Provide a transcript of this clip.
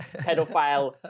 pedophile